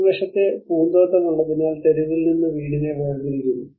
മുൻവശത്തെ പൂന്തോട്ടം ഉള്ളതിനാൽ തെരുവിൽ നിന്ന് വീടിനെ വേർതിരിക്കുന്നു